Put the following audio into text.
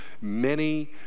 many-